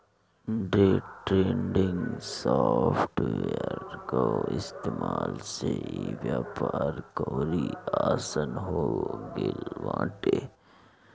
day trading software कअ इस्तेमाल से इ व्यापार अउरी आसन हो गिल बाटे